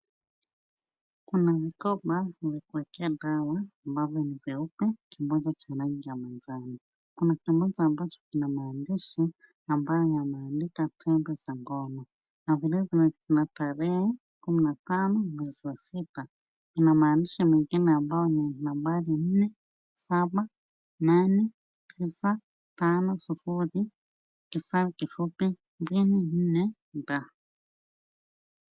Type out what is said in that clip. Kuna mikoba imepakia dawa ambayo ni peupe na kimoja cha rangi ya manjano. Kuna kimoja ambacho kina maandishi ambayo yameandikwa tembe za ngono na vile vile kuna tarehe kumi na tano mwezi wa sita. Kina maandishi mengine ambayo ni nambari 478950-24D.